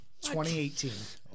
2018